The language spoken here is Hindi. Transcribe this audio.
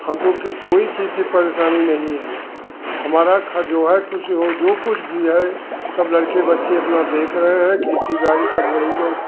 हमको क्यों कोई चीज़ की परेशानी नहीं है हमारा घर जो है कुछ हो जो कुछ भी है सब लड़के बच्चे अपना देख रहे हैं खेती बाड़ी सब वही लोग